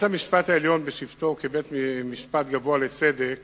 בית-המשפט העליון, בשבתו כבית-משפט גבוה לצדק,